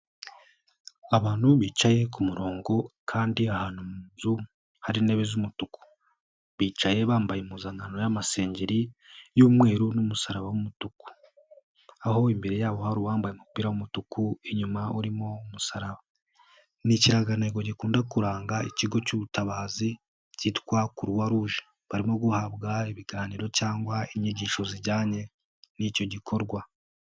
Abantu bicaye ku murongo kandi ahantu munzu hari intebe z'umutuku, bicaye bambaye impuzankanro y'amasengeri y'umweru n'umusaraba w'umutuku, aho imbere yabo hari uwambaye umupira w'umutuku, inyuma urimo umusaraba, ni ikirangantego gikunda kuranga ikigo cy'ubutabazi cyitwa croix rouge barimo guhabwa ibiganiro cyangwa inyigisho zijyanye n'icyo gikorwa.